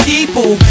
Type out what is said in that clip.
People